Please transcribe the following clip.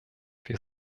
wir